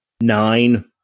nine